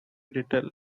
detail